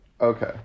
Okay